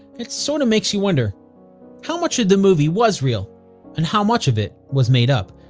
it sort of makes you wonder how much of the movie was real and how much of it was made up?